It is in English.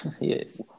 Yes